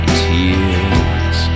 tears